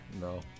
No